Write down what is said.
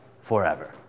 forever